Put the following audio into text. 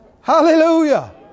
Hallelujah